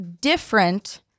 different